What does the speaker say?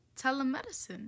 telemedicine